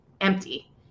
empty